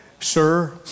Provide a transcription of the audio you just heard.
Sir